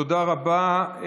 תודה רבה.